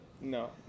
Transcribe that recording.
No